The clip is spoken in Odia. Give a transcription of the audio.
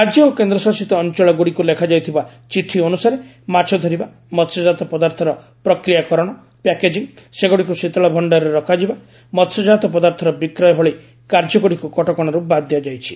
ରାଜ୍ୟ ଓ କେନ୍ଦ୍ରଶାସିତ ଅଞ୍ଚଳଗୁଡ଼ିକୁ ଲେଖାଯାଇଥିବା ଚିଠି ଅନୁସାରେ ମାଛ ଧରିବା ମସ୍ୟଜାତ ପଦାର୍ଥର ପ୍ରକ୍ରିୟାକରଣ ପ୍ୟାକେଜିଂ ସେଗୁଡ଼ିକୁ ଶୀତଳଭଣ୍ଡାରରେ ରଖାଯିବା ମହ୍ୟଜାତ ପଦାର୍ଥର ବିକ୍ରୟ ଭଳି କାର୍ଯ୍ୟଗୁଡ଼ିକୁ କଟକଣାରୁ ବାଦ୍ ଦିଆଯାଇଛି